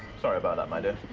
sorry about that, my dear.